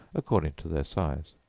according to their size.